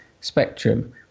Spectrum